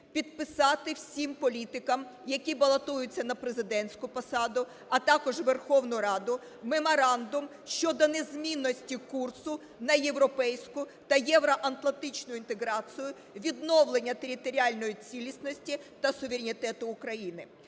підписати всім політикам, які балотуються на президентську посаду, а також в Верховну Раду, меморандум щодо незмінності курсу на європейську та євроатлантичну інтеграцію, відновлення територіальної цілісності та суверенітету України.